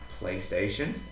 PlayStation